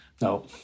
No